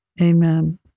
Amen